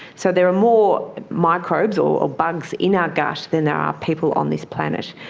so there are more microbes or bugs in our gut than there are people on this planet.